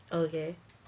okay